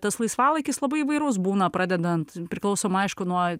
tas laisvalaikis labai įvairus būna pradedant priklausomai aišku nuo